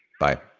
bye